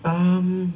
um